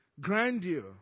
Grandeur